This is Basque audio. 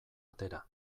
atera